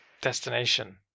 destination